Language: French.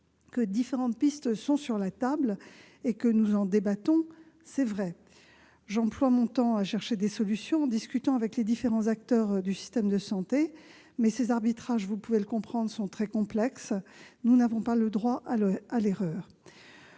que différentes pistes sont sur la table et que nous en débattons, c'est vrai. J'emploie mon temps à chercher des solutions en discutant avec les différents acteurs du système de santé, mais ces arbitrages sont très complexes, comme vous pouvez le comprendre, car nous n'avons pas le droit à l'erreur.